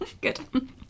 Good